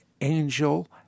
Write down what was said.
angel